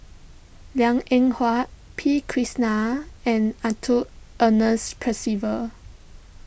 Liang Eng Hwa P Krishnan and Arthur Ernest Percival